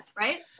right